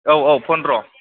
औ औ पनद्र